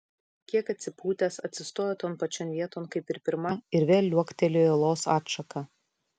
kiek atsipūtęs atsistojo ton pačion vieton kaip ir pirma ir vėl liuoktelėjo į olos atšaką